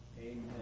Amen